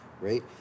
right